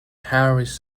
harris